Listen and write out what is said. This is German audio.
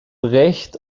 recht